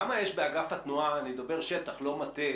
כמה יש באגף התנועה אני מדבר על שטח, לא מטה